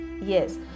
Yes